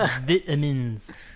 Vitamins